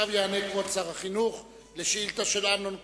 עכשיו יענה כבוד שר החינוך על השאילתא של אמנון כהן,